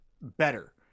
better